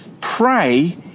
pray